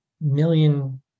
million